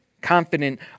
Confident